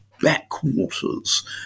backwaters